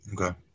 Okay